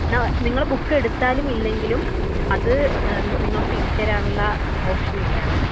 നിങ്ങൾ ബുക്ക് എടുത്താലും ഇല്ലെങ്കിലും അത് നിങ്ങൾക്ക് തിരിച്ചു തരാനുള്ള ഓപ്ഷനില്ല ഇവിടെ